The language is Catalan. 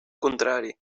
contrari